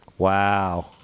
Wow